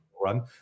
run